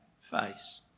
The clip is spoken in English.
face